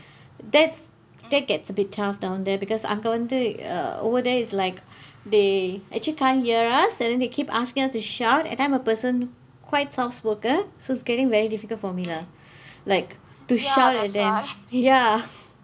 that's that gets a bit tough down there because அங்க வந்து:angka vandthu uh over there is like they actually can't hear us and then they keep asking us to shout and I'm a person quite soft spoken so it's getting very difficult for me lah like to shout at them ya